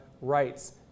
rights